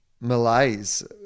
malaise